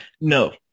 No